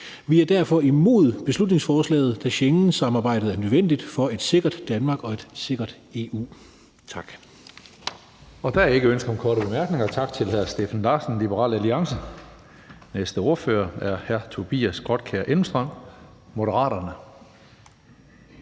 Vi er derfor imod beslutningsforslaget. Schengensamarbejdet er nødvendigt for et sikkert Danmark og et sikkert EU. Tak. Kl. 17:15 Tredje næstformand (Karsten Hønge): Der er ikke ønske om korte bemærkninger. Tak til hr. Steffen Larsen, Liberal Alliance. Næste ordfører er hr. Tobias Grotkjær Elmstrøm, Moderaterne.